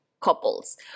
couples